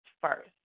first